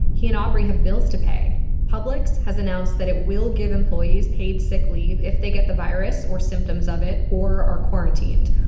he and aubrey have bills to pay. publix has announced that it will give employees paid sick leave if they get the virus, or symptoms of it, or are quarantined.